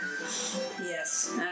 Yes